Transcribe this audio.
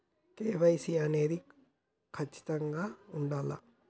KYC అనేది ఖచ్చితంగా ఉండాలా?